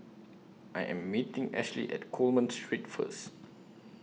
I Am meeting Ashly At Coleman Street First